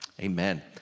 Amen